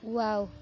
wow